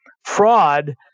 fraud